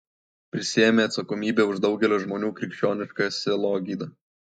prisiėmė atsakomybę už daugelio žmonių krikščionišką sielogydą